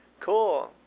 cool